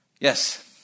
Yes